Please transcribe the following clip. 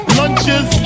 lunches